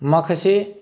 माखासे